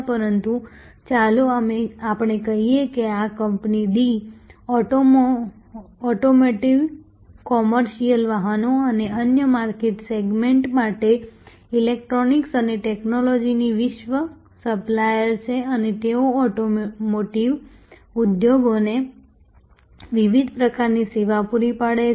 પરંતુ ચાલો આપણે કહીએ કે આ કંપની ડી ઓટોમોટિવ કોમર્શિયલ વાહનો અને અન્ય માર્કેટ સેગમેન્ટ માટે ઈલેક્ટ્રોનિક્સ અને ટેક્નોલોજીની વૈશ્વિક સપ્લાયર છે અને તેઓ ઓટોમોટિવ ઉદ્યોગને વિવિધ પ્રકારની સેવાઓ પૂરી પાડે છે